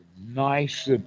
nice